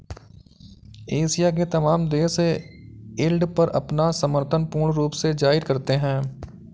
Asia के तमाम देश यील्ड पर अपना समर्थन पूर्ण रूप से जाहिर करते हैं